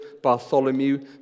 Bartholomew